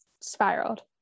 spiraled